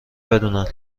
بدونن